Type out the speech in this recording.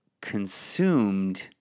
consumed